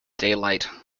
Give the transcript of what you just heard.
daylight